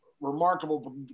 remarkable